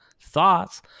thoughts